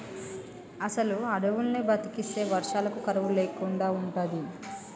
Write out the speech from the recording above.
అసలు అడువుల్ని బతకనిస్తే వర్షాలకు కరువు లేకుండా ఉంటది